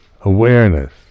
Awareness